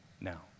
now